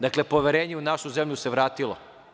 Dakle, poverenje u našu zemlju se vratilo.